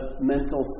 mental